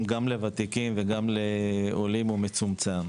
גם לוותיקים וגם לעולים הוא מצומצם,